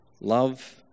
love